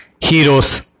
heroes